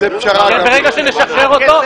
ברגע שנשחרר אותו,